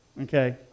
Okay